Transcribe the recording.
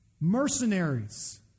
mercenaries